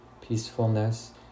peacefulness